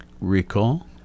recall